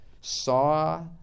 saw